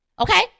okay